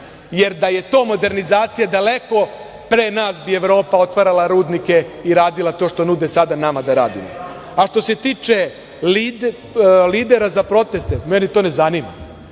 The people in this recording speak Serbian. jer da je to modernizacija, daleko pre nas bi Evropa otvarala rudnike i radila to što nude sada nama da radimo. Što se tiče lidera za proteste, mene to ne zanima,